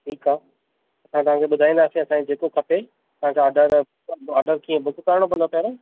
ठीकु आहे असां तव्हांखे ॿुधाईंदासी असांखे जेको खपे ऑडर ऑडर कीअं बुक करिणो पवंदो पहिरों